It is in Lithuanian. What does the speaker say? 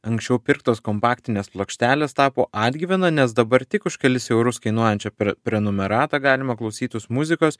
anksčiau pirktos kompaktinės plokštelės tapo atgyvena nes dabar tik už kelis eurus kainuojančią per prenumeratą galima klausytis muzikos